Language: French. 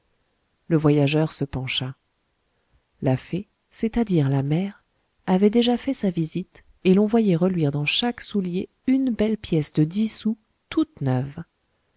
le voyageur se pencha la fée c'est-à-dire la mère avait déjà fait sa visite et l'on voyait reluire dans chaque soulier une belle pièce de dix sous toute neuve